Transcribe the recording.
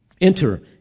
Enter